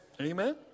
Amen